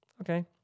okay